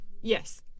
Yes